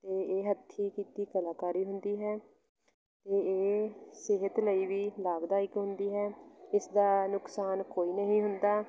ਅਤੇ ਇਹ ਹੱਥੀਂ ਕੀਤੀ ਕਲਾਕਾਰੀ ਹੁੰਦੀ ਹੈ ਅਤੇ ਇਹ ਸਿਹਤ ਲਈ ਵੀ ਲਾਭਦਾਇਕ ਹੁੰਦੀ ਹੈ ਇਸਦਾ ਨੁਕਸਾਨ ਕੋਈ ਨਹੀਂ ਹੁੰਦਾ